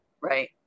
Right